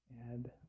add